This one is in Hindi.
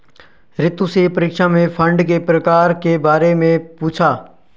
रितु से परीक्षा में फंड के प्रकार के बारे में पूछा